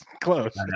close